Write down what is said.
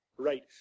Right